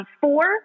Four